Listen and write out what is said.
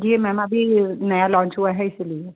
जी ma'am अभी नया launch हुआ है इसीलिए